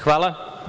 Hvala.